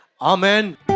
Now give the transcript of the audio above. Amen